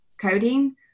coding